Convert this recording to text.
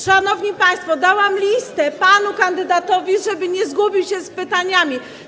Szanowni państwo, dałam listę panu kandydatowi, żeby nie pogubił się z pytaniami.